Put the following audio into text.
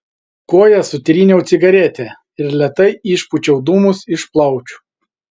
koja sutryniau cigaretę ir lėtai išpūčiau dūmus iš plaučių